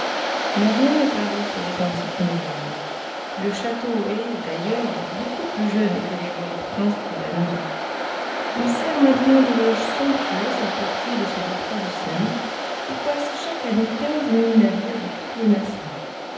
mais rien ne parut sur les antiques murailles le château est d'ailleurs beaucoup plus jeune que l'héroïque prince de danemark il sert maintenant de loge somptueuse au portier de ce détroit du sund où passent chaque année quinze mille navires de toutes les nations